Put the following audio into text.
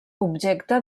objecte